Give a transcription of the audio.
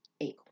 eight